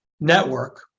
network